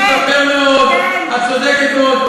את צודקת, נכון.